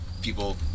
people